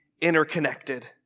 interconnected